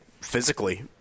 physically